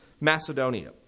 Macedonia